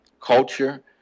culture